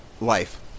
life